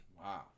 wow